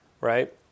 right